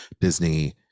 Disney